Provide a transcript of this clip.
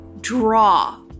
draw